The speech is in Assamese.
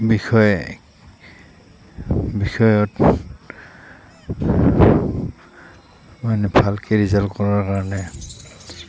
বিষয় বিষয়ত মানে ভালকৈ ৰিজাল্ট কৰাৰ কাৰণে